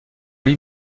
lui